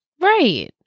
Right